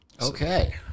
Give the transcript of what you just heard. Okay